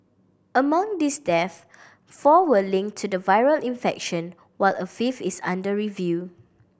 among these deaths four were link to the viral infection while a fifth is under review